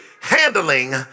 handling